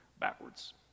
backwards